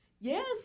Yes